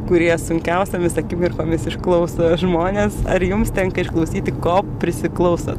kurie sunkiausiomis akimirkomis išklauso žmones ar jums tenka išklausyti ko prisiklauso